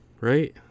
right